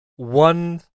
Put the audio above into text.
One